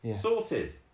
Sorted